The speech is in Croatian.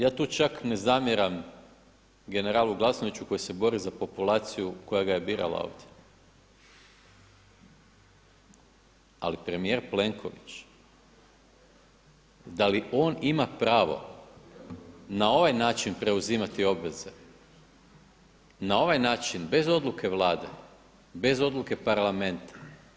Ja tu čak ne zamjeram generalu Glasnoviću koji se bori za populaciju koja ga je birala ovdje, ali premijer Plenković da li on im pravo na ovaj način preuzimati obveze, na ovaj način bez odluke Vlade, bez odluke Parlamenta?